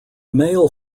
male